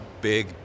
big